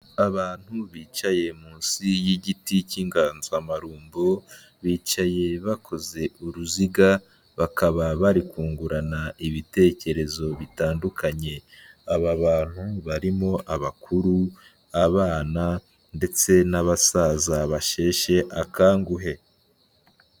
Abantu bicaye munsi y'igiti cy'inganzamarumbo, bicaye bakoze uruziga, bakaba bari kungurana ibitekerezo bitandukanye. Aba bantu barimo abakuru, abana ndetse n'abasaza bashyeshe akanguhe.